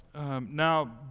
Now